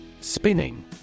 Spinning